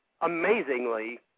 amazingly